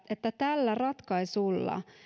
että tällä ratkaisulla